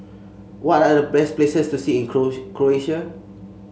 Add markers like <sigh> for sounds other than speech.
what are the best places to see in <unintelligible> Croatia